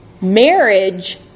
marriage